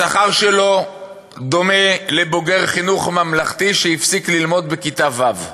השכר שלו דומה לזה של בוגר חינוך ממלכתי שהפסיק ללמוד בכיתה ו'.